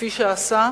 כפי שעשה,